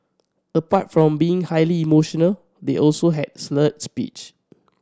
apart from being highly emotional they also had slurred speech